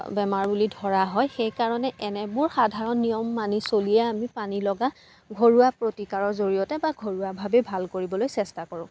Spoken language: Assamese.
বেমাৰ বুলি ধৰা হয় সেইকাৰণে এনেবোৰ সাধাৰণ নিয়ম মানি চলিয়ে আমি পানী লগা ঘৰুৱা প্ৰতিকাৰৰ জৰিয়তে বা ঘৰুৱাভাৱে ভাল কৰিবলৈ চেষ্টা কৰোঁ